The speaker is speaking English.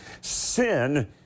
Sin